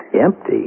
Empty